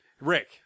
Rick